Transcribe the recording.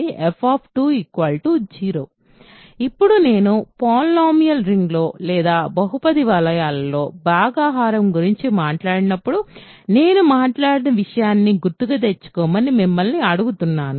కాబట్టి ఇప్పుడు నేను పాలినామియల్ రింగులో బహుపది వలయాలలో భాగాహారం గురించి మాట్లాడినప్పుడు నేను మాట్లాడిన విషయాన్ని గుర్తుకు తెచ్చుకోమని మిమ్మల్ని అడుగుతున్నాను